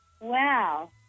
Wow